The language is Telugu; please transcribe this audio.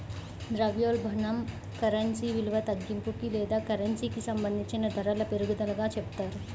ద్రవ్యోల్బణం కరెన్సీ విలువ తగ్గింపుకి లేదా కరెన్సీకి సంబంధించిన ధరల పెరుగుదలగా చెప్తారు